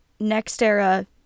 Nextera